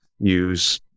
use